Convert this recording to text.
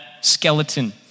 skeleton